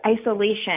isolation